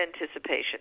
anticipation